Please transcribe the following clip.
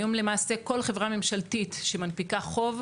היום, כל חברה ממשלתית שמנפיקה חוב,